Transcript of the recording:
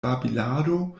babilado